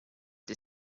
the